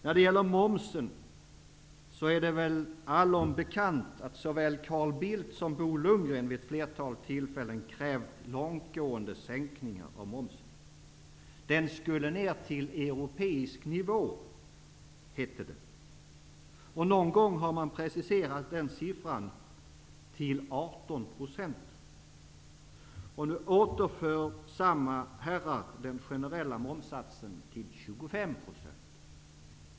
När det gäller momsen är det väl allom bekant att såväl Carl Bildt som Bo Lundgren vid ett flertal tillfällen har krävt långtgående sänkningar av denna. Momsen skulle ner till europeisk nivå, har det hetat. Någon gång har man preciserat sänkningen till 18 %. Nu återför samma herrar den generella momssatsen till 25 %.